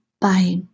Bye